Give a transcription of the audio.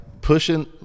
pushing